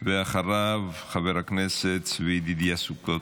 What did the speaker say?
אחריו, חבר הכנסת צבי ידידיה סוכות.